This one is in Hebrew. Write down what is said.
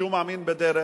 שהוא מאמין בדרך,